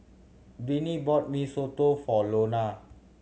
Vinnie bought Mee Soto for Lona